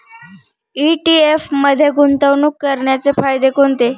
ETF मध्ये गुंतवणूक करण्याचे फायदे कोणते?